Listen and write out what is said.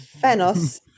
fenos